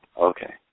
Okay